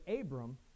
Abram